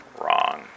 wrong